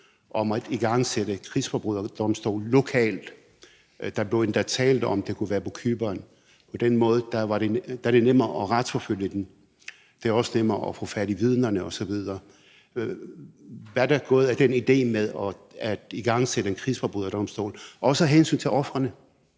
om at igangsætte en krigsforbryderdomstol lokalt. Der blev endda talt om, at det kunne være på Cypern. På den måde er det nemmere at retsforfølge dem, og det er også nemmere at få fat i vidnerne osv. Hvad er der blevet af den idé med at igangsætte en krigsforbryderdomstol, også af hensyn til ofrene?